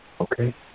Okay